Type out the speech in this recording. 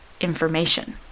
information